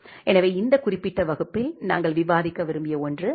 எனவே இந்த குறிப்பிட்ட வகுப்பில் நாங்கள் விவாதிக்க விரும்பிய ஒன்று இது